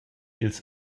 ils